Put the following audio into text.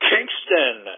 Kingston